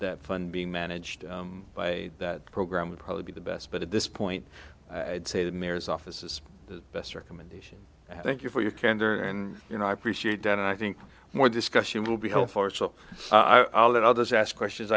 that fund being managed by that program would probably be the best but at this point i'd say the mayor's office is the best recommendation i thank you for your candor and you know i appreciate that and i think more discussion will be held for so i'll let others ask questions